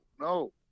no